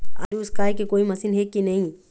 आलू उसकाय के कोई मशीन हे कि नी?